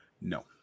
No